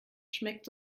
schmeckt